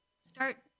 start